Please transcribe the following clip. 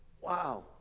Wow